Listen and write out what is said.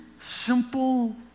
simple